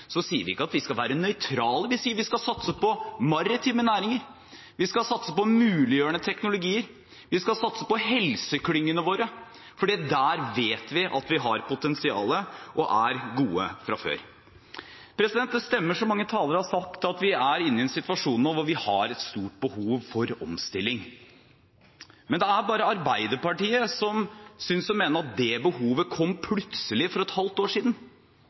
sier ikke at de skal være nøytrale, vi sier at vi skal satse på maritime næringer, at vi skal satse på muliggjørende teknologier. Og vi skal satse på helseklyngene våre, for der vet vi at vi har potensial og er gode fra før. Det stemmer, som mange talere har sagt, at vi nå er i en situasjon der vi har et stort behov for omstilling. Men det er bare Arbeiderpartiet som synes å mene at det behovet kom plutselig for et halvt år siden.